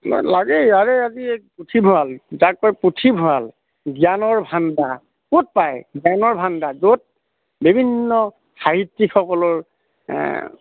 লাগেই ইয়াৰে আজি এক পুথিভঁৰাল যাক কৈ পুথিভঁৰাাল জ্ঞানৰ ভাণ্ডাৰ ক'ত পায় জ্ঞানৰ ভাণ্ডাৰ য'ত বিভিন্ন সাহিত্যিকসকলৰ